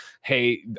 Hey